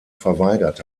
verweigert